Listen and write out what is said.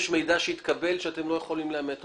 יש מידע שהתקבל שאתם לא יכולים לאמת אותו.